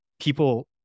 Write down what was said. people